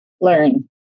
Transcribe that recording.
learn